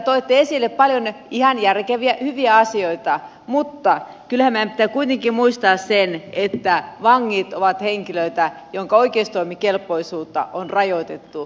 toitte esille paljon ihan järkeviä hyviä asioita mutta kyllähän meidän pitää kuitenkin muistaa se että vangit ovat henkilöitä joiden oikeustoimikelpoisuutta on rajoitettu